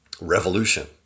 revolution